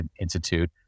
Institute